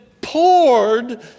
poured